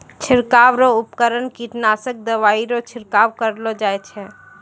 छिड़काव रो उपकरण कीटनासक दवाइ रो छिड़काव करलो जाय छै